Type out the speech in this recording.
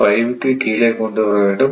005 இக்கு கீழே கொண்டு வர வேண்டும்